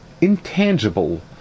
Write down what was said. intangible